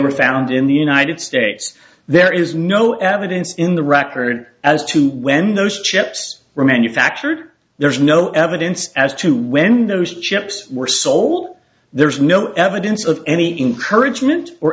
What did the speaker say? were found in the united states there is no evidence in the record as to when those chips remain you factored there's no evidence as to when those chips were sold there is no evidence of any encourage mint or